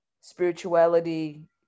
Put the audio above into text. spirituality